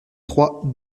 trois